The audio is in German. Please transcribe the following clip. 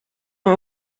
mal